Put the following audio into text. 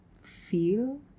feel